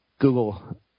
Google